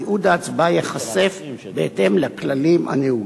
תיעוד ההצבעה ייחשף בהתאם לכללים הנהוגים.